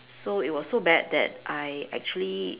so it was so bad that I actually